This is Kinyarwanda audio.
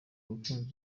abakunzi